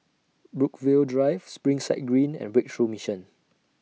Brookvale Drive Springside Green and Breakthrough Mission